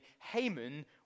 Haman